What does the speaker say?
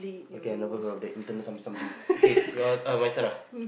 okay I never heard of that internal some something okay your um my turn ah